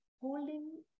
Holding